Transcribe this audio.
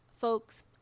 Folks